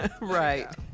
Right